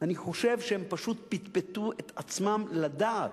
אני חושב שהם פשוט פטפטו את עצמם לדעת.